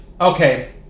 Okay